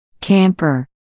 Camper